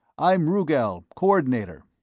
i'm rugel, coordinator.